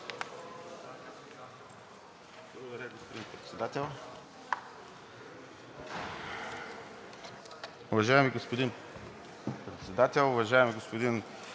Уважаеми господин Председател, уважаеми господин